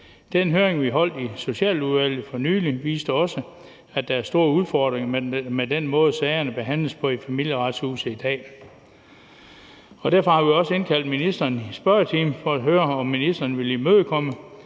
Den høring, vi holdt i Socialudvalget for nylig, viste også, at der er store udfordringer i forhold til den måde, sagerne behandles på i Familieretshuset i dag. Derfor har vi også indkaldt ministeren i spørgetimen for at høre, om ministeren vil imødekomme,